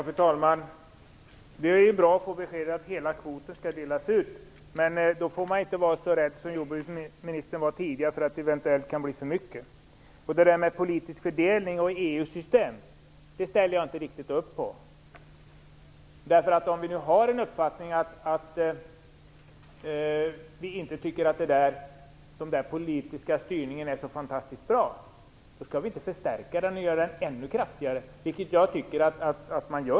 Fru talman! Det är bra att få besked om att hela kvoten skall delas ut. Men då får man inte vara rädd - som jordbruksministern var tidigare - för att det kan bli för mycket. Jag ställer inte upp på argumentet om politisk fördelning och EU:s system. Om vi har en uppfattning att vi inte tycker att den politiska styrningen är så fantastiskt bra, skall vi inte förstärka den och göra den ännu kraftigare. Jag tycker att det sker här.